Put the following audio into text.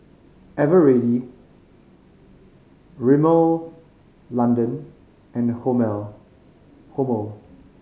Eveready Rimmel London and Hormel